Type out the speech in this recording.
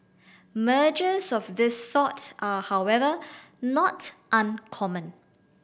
mergers of this sort are however not uncommon